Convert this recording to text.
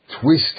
twist